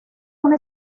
una